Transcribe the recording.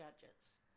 judges